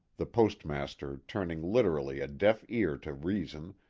the postmaster turning literally a deaf ear to reason,